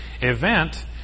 event